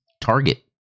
Target